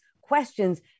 questions